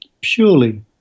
purely